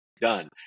done